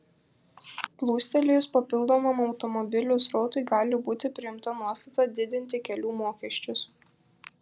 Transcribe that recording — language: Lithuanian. plūstelėjus papildomam automobilių srautui gali būti priimta nuostata didinti kelių mokesčius